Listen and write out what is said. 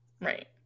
Right